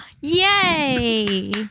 Yay